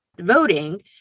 voting